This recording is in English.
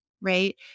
right